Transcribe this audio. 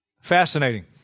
Fascinating